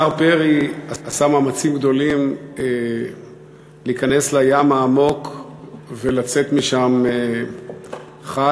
השר פרי עשה מאמצים גדולים להיכנס לים העמוק ולצאת משם חי,